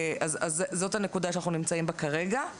זאת הנקודה שאנחנו נמצאים בה כרגע.